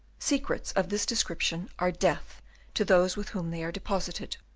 secrets of this description are death to those with whom they are deposited.